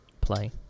play